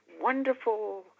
wonderful